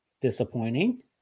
disappointing